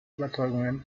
überzeugungen